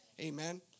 Amen